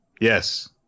yes